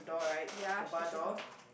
ya sh~ the shadow